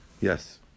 Yes